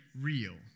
real